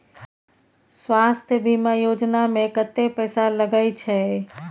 स्वास्थ बीमा योजना में कत्ते पैसा लगय छै?